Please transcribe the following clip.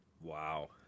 Wow